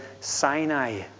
Sinai